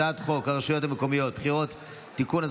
הצעת חוק הרשויות המקומיות (בחירות) (תיקון,